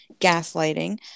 gaslighting